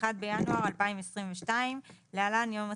(1 בינואר 2022) (להלן - יום התחילה).